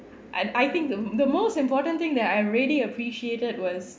and I think the the most important thing that I really appreciated was